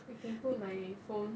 I can put my phone